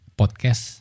podcast